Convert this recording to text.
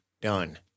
done